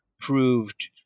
proved